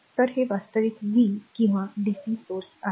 तर हे वास्तविक v किंवा dc स्त्रोत आहे